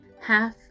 Half